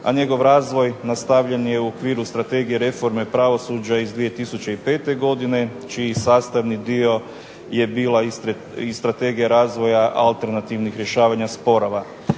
a njegov razvoj nastavljen je u okviru strategije reforme pravosuđa iz 2005. godine, čiji sastavni dio je bila i strategija razvoja alternativnih rješavanja sporova.